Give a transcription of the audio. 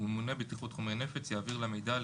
ממונה בטיחות חומרי נפץ יעביר לה מידע על